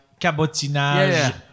cabotinage